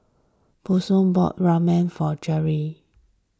Bronson bought Ramen for Jeri